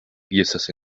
piezas